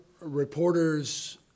reporters